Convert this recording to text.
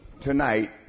tonight